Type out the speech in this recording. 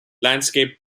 landscape